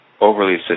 overly